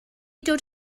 dod